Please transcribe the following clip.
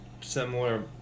Similar